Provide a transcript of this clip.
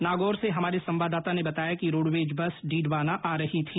नागौर से हमारे संवाददाता ने बताया कि रोडवेज बस डीडवाना आ रही थी